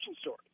story